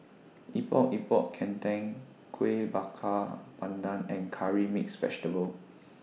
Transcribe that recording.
Epok Epok Kentang Kueh Bakar Pandan and Curry Mixed Vegetable